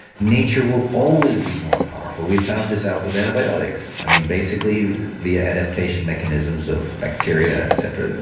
nature will always be more powerful. we found this out with antibiotics. i mean, basically the adaptation mechanisms of bacteria, et cetera.